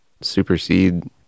supersede